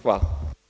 Hvala.